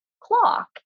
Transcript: clock